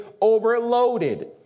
overloaded